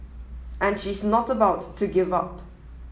and she's not about to give up